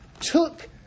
took